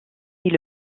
est